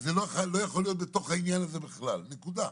זה לא יכול להיות בתוך העניין הזה בכלל, נקודה.